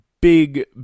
big